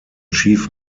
chief